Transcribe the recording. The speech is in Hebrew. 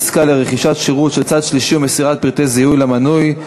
עסקה לרכישת שירות של צד שלישי ומסירת פרטי זיהוי למנוי),